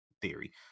theory